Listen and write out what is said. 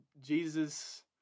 Jesus